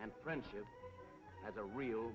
and friendship has a real